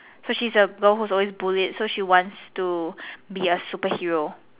so she's a girl who is always bullied so she wants to be a superhero